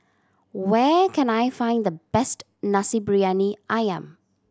where can I find the best Nasi Briyani Ayam